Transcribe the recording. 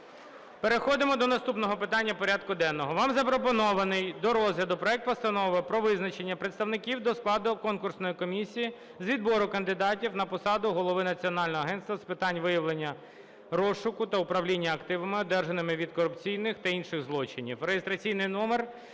Переходимо до наступного питання порядку денного. Вам запропонований до розгляду проект Постанови про визначення представників до складу конкурсної комісії з відбору кандидатів на посаду Голови Національного агентства з питань виявлення, розшуку та управління активами, одержаними від корупційних та інших злочинів